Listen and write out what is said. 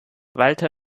walter